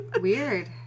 weird